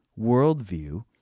worldview